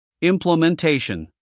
Implementation